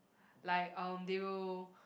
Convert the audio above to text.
like um they will